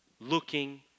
looking